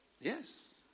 Yes